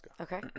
Okay